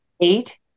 eight